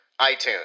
iTunes